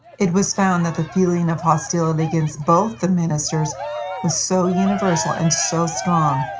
it was found that the feeling of hostility against both the ministers was so universal and so strong,